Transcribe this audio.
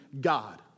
God